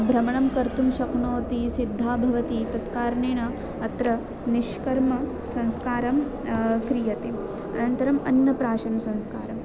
भ्रमणं कर्तुं शक्नोति सिद्धः भवति तत्कारणेन अत्र निष्कर्म संस्कारं क्रियते अनन्तरम् अन्नप्राशनं संस्कारम्